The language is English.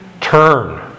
turn